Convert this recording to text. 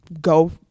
go